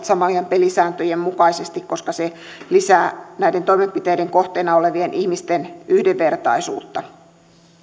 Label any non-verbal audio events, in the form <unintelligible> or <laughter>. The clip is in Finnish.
<unintelligible> samojen pelisääntöjen mukaisesti koska se lisää näiden toimenpiteiden kohteena olevien ihmisten yhdenvertaisuutta